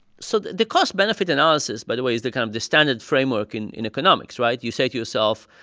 so the the cost-benefit analysis, by the way, is the kind of the standard framework and in economics, right? you say to yourself,